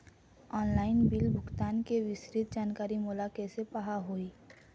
Online bill भुगतान के विस्तृत जानकारी मोला कैसे पाहां होही?